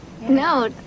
no